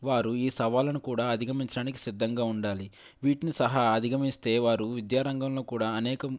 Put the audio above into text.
వారు ఈ సవాళ్ళను కూడా అధిగమించడానికి సిద్ధంగా ఉండాలి వీటిని సహా అధిగమిస్తే వారు విద్యారంగంలో కూడా అనేకం